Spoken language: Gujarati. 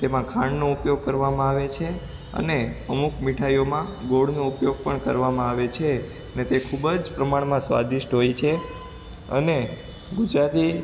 તેમાં ખાંડનો ઉપયોગ કરવામાં આવે છે અને અમુક મીઠાઈઓમાં ગોળનો ઉપયોગ પણ કરવામાં આવે છે અને તે ખૂબ જ પ્રમાણમાં સ્વાદીષ્ટ હોય છે અને ગુજરાતી